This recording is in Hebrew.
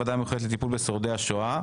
הוועדה המיוחדת לטיפול בשורדי השואה,